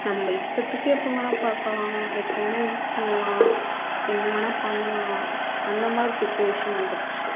நம்ம இஷ்டத்துக்கு எப்போ வேண்ணாலும் பார்க்கலாம் எப்போவுமே யூஸ் பண்ணலாம் என்ன வேணால் பண்ணலாம் அந்த மாதிரி சுச்வேசன் வந்துடுச்சி